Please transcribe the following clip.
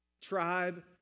tribe